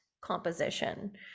composition